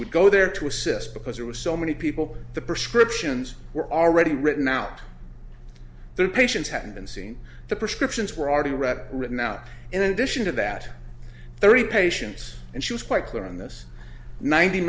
would go there to assist because it was so many people the prescriptions were already written out their patients hadn't been seen the prescriptions were already ready written out in addition to that thirty patients and she was quite clear on this ninety